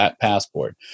passport